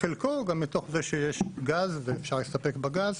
חלקו גם מתוך זה שיש גז ואפשר להסתפק בגז,